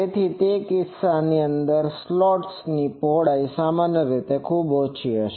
તેથી તે કિસ્સામાં સ્લોટ્સ ની પહોળાઈ સામાન્ય રીતે ખૂબ ઓછી હોય છે